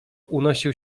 unosił